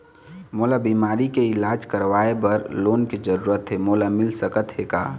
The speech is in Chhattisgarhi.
मोला बीमारी के इलाज करवाए बर लोन के जरूरत हे मोला मिल सकत हे का?